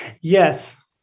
Yes